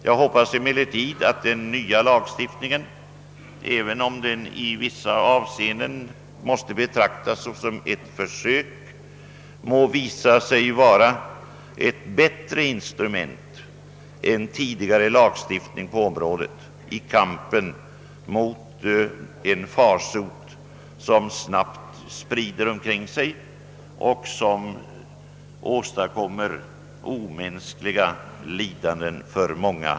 Jag hoppas emellertid att den nya lagstiftningen, även om den i vissa avseenden måste betraktas såsom ett försök, må visa sig vara ett bättre instrument än tidigare lagstiftning på området i kampen mot en farsot som snabbt sprider sig och som åstadkommer omänskliga lidanden.